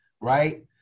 right